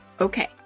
Okay